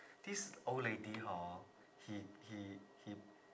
this old lady hor he he he